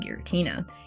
giratina